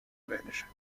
belge